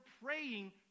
praying